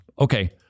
Okay